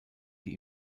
die